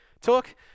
talk